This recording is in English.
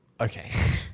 okay